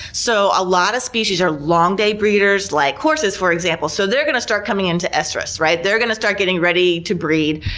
so a lot of species are long day breeders, like horses for example. so they're going to start coming into estrus, right? they're going to getting ready to breed.